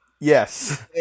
yes